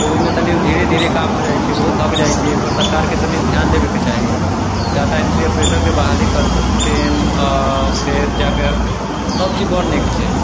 तऽ ओमे तनि धीरे धीरे काम हो जाइ छै तऽ ओहो थक जाइ छै एहि पर सरकारके तनि ध्यान देवेके चाही डाटा इन्ट्री ऑपरेटर के बहाली करथिन फेर जाके सब चीज बड़ नीक छै